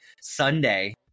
Sunday